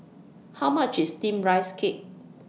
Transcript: How much IS Steamed Rice Cake